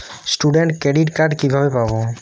Student credit card কিভাবে পাব?